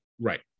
Right